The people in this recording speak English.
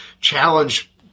challenge